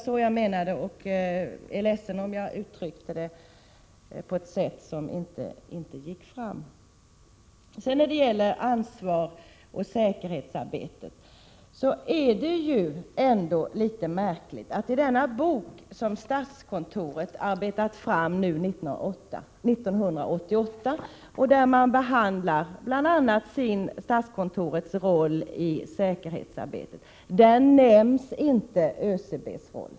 När det gäller ansvar och säkerhetsarbete vill jag säga att det är litet märkligt att ÖCB:s roll inte nämns i den bok som statskontoret arbetat fram nu 1988 och där man behandlar bl.a. statskontorets roll i säkerhetsarbetet.